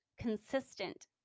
consistent